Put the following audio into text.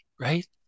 right